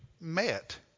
met